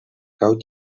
how